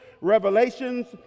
revelations